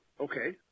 Okay